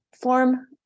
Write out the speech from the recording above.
form